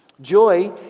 Joy